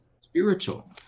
spiritual